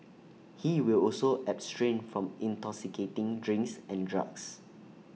he will also abstain from intoxicating drinks and drugs